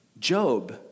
Job